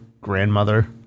grandmother